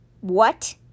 What